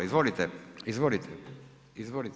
Izvolite, izvolite.